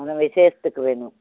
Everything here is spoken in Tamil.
ம் விசேஷத்துக்கு வேணும்